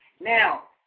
Now